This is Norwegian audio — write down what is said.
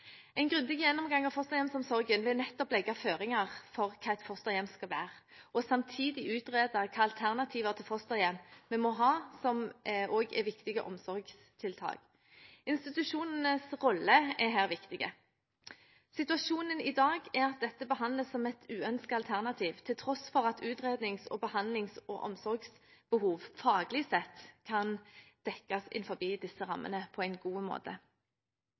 En grundig gjennomgang av fosterhjemsomsorgen vil nettopp legge føringer for hva et fosterhjem skal være og samtidig utrede hvilke alternativer til fosterhjem vi må ha som også er viktige omsorgstiltak. Institusjonenes rolle er her viktig. Situasjonen i dag er at dette behandles som et uønsket alternativ, til tross for at utrednings-, behandlings- og omsorgsbehov faglig sett kan dekkes innenfor disse rammene på en god måte.